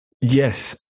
Yes